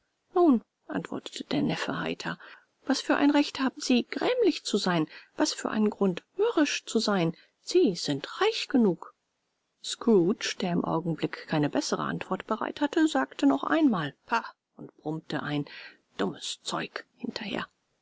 nun antwortete der neffe heiter was für ein recht haben sie grämlich zu sein was für einen grund mürrisch zu sein sie sind reich genug scrooge der im augenblick keine bessere antwort bereit hatte sagte noch einmal pah und brummte ein dummes zeug hinterher